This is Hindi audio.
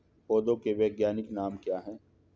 पौधों के वैज्ञानिक नाम क्या हैं?